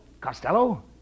Costello